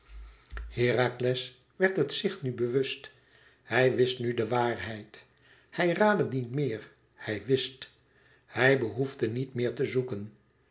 herakles werd het zich nu bewust hij wist nu de waarheid hij raadde niet meer hij wist hij behoefde niet meer te zoeken